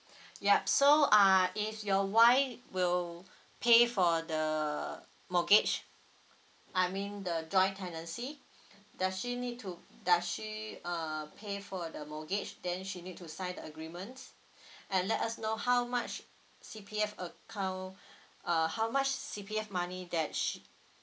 yup so uh if your wife will pay for the mortgage I mean the joint tenancy does she need to does she uh pay for the mortgage then she need to sign the agreement and let us know how much C_P_F account uh how much C_P_F money that sh~